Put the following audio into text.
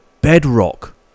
bedrock